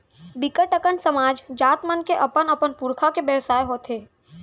बिकट अकन समाज, जात मन के अपन अपन पुरखा के बेवसाय हाथे